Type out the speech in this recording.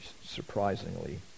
surprisingly